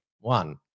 one